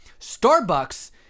starbucks